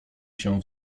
się